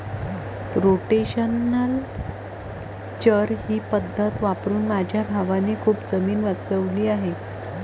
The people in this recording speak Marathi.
रोटेशनल चर ही पद्धत वापरून माझ्या भावाने खूप जमीन वाचवली आहे